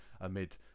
amid